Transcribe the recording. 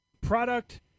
product